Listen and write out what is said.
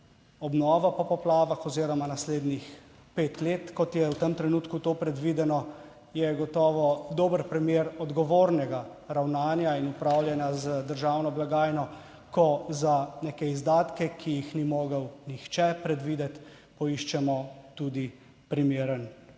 obnova po poplavah oziroma naslednjih pet let, kot je v tem trenutku to predvideno, je gotovo dober primer odgovornega ravnanja in upravljanja z državno blagajno, ko za neke izdatke, ki jih ni mogel nihče predvideti, poiščemo tudi primeren